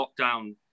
lockdown